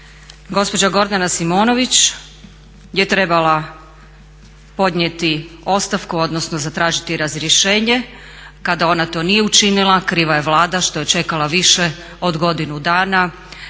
gospođa Gordana Simonović je trebala podnijeti ostavku, odnosno zatražiti razrješenje. Kada ona to nije učinila kriva je Vlada što je čekala više od godinu dana